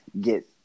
get